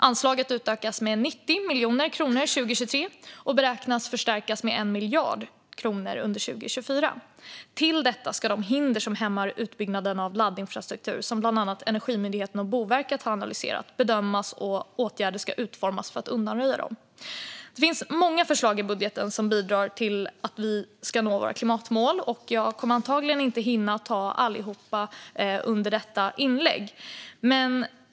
Anslaget utökas med 90 miljoner kronor 2023 och beräknas förstärkas med 1 miljard kronor under 2024. Till detta ska de hinder bedömas som hämmar utbyggnaden av laddinfrastruktur och som bland andra Energimyndigheten och Boverket har analyserat, och åtgärder ska utformas för att undanröja dem. Det finns många förslag i budgeten som bidrar till att vi ska nå våra klimatmål, och jag kommer antagligen inte att hinna ta upp alla i detta inlägg.